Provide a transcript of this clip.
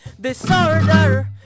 disorder